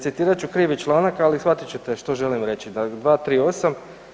Citirat ću krivi članak, ali shvatit ćete što želim reći, 238.